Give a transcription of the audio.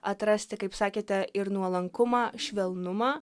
atrasti kaip sakėte ir nuolankumą švelnumą